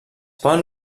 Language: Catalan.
poden